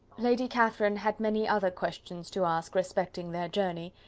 lady catherine had many other questions to ask respecting their journey,